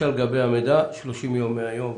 הבקשה לגבי המידע 30 יום מהיום.